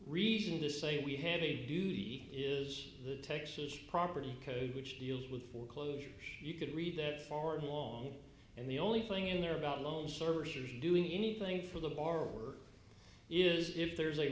reason to say we have a duty is the texas property code which deals with foreclosures you could read that for long and the only thing in there about loan servicers doing anything for the borrower is if th